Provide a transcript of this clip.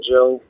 Joe